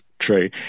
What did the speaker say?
true